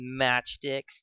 matchsticks